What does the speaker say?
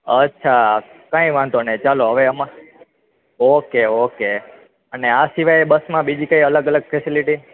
અચ્છા કાંઈ વાંધો નહીં ચાલો હવે એમાં ઓકે ઓકે અને આ સિવાય બસમાં બીજી કાંઈ અલગ અલગ ફેસિલિટી